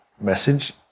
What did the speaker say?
message